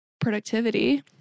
productivity